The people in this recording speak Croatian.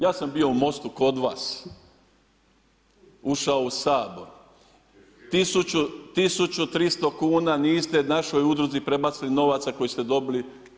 Ja sam bio u Most-u kod vas, ušao u Sabor 1300 kuna niste našoj udruzi prebacili novaca koji ste dobili.